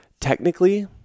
Technically